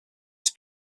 this